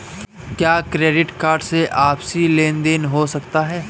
क्या credit card से आपसी लेनदेन हो सकता है?